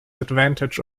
advantage